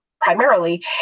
primarily